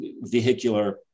vehicular